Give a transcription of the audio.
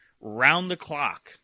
round-the-clock